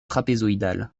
trapézoïdale